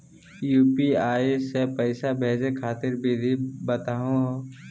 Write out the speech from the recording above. UPI स पैसा भेजै खातिर विधि बताहु हो?